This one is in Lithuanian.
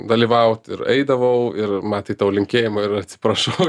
dalyvaut ir eidavau ir matai tau linkėjimų ir atsiprašau